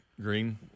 Green